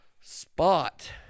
spot